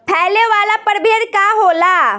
फैले वाला प्रभेद का होला?